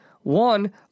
one